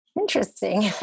Interesting